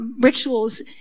rituals